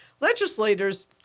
legislators